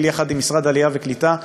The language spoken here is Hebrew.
הנגב והגליל יחד עם משרד העלייה והקליטה,